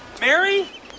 Mary